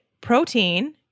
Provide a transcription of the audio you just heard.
protein